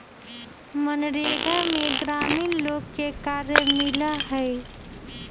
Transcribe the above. मनरेगा में ग्रामीण लोग के कार्य मिला हई